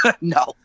No